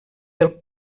del